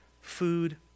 food